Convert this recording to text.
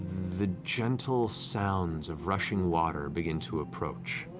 the gentle sounds of rushing water begin to approach.